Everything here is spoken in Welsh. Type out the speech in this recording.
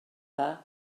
dda